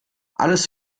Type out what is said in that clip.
alles